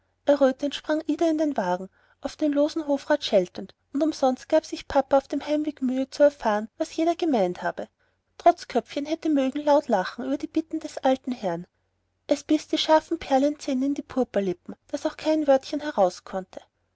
sprang ida in den wagen auf den losen hofrat scheltend und umsonst gab sich papa auf dem heimweg mühe zu erfahren was jener gemeint habe trotzköpfchen hätte mögen laut lachen über die bitten des alten herrn es biß die scharfen perlenzähne in die purpurlippen daß auch kein wörtchen heraus konnte